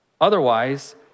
Otherwise